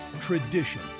tradition